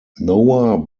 noah